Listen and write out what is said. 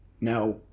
Now